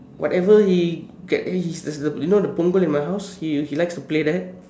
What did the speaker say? whatever he get you know the Punggol in my house he he likes to play that